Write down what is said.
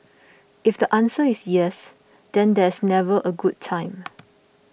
if the answer is yes then there's never a good time